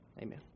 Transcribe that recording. Amen